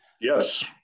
Yes